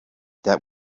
that